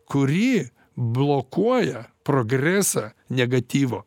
kuri blokuoja progresą negatyvo